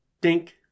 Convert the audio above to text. dink